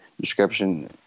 description